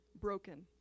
broken